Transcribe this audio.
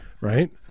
Right